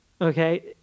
Okay